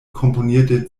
komponierte